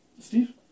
Steve